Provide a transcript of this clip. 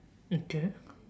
okay